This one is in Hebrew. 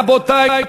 רבותי,